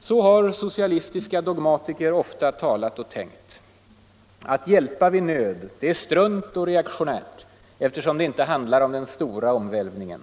Så har socialistiska dogmatiker ofta talat och tänkt. Att hjälpa vid nöd — det är strunt och reaktionärt eftersom det inte handlar om den stora omvälvningen.